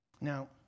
Now